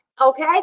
Okay